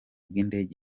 bw’indege